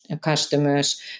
customers